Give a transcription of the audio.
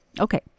okay